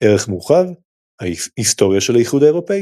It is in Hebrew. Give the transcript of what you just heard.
ערך מורחב – היסטוריה של האיחוד האירופי